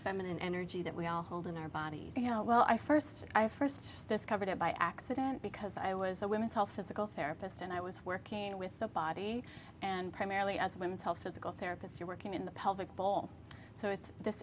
feminine energy that we all hold in our bodies you know well i first i first discovered it by accident because i was a women's health physical therapist and i was working with the body and primarily as women's health physical therapists are working in the pelvic bowl so it's this